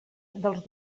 dels